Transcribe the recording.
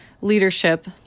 leadership